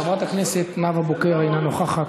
חברת הכנסת נאוה בוקר, אינה נוכחת.